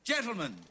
Gentlemen